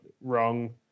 wrong